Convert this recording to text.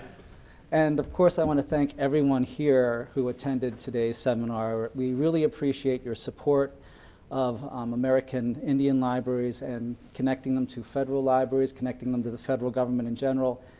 and, of course, i want to thank everyone here who attended today's seminar. we really appreciate your support of um american indian libraries and connecting them to federal libraries, connecting them with the federal government in general,